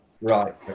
Right